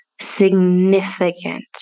significant